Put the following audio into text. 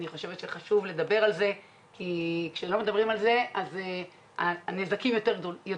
אני חושבת שחשוב לדבר על זה כי כשלא מדברים על זה הנזקים יותר גדולים.